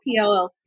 PLLC